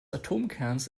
atomkerns